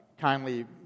kindly